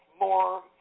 more